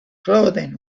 clothing